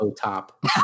top